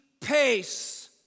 pace